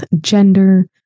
gender